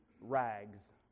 rags